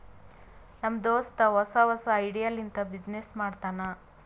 ನಮ್ ದೋಸ್ತ ಹೊಸಾ ಹೊಸಾ ಐಡಿಯಾ ಲಿಂತ ಬಿಸಿನ್ನೆಸ್ ಮಾಡ್ತಾನ್